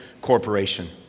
corporation